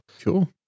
cool